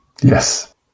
Yes